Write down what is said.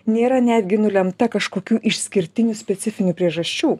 nėra netgi nulemta kažkokių išskirtinių specifinių priežasčių